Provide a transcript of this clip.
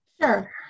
Sure